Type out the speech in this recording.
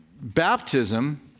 baptism